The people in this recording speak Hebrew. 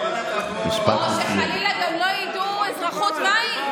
או שחלילה גם לא ידעו אזרחות מהי,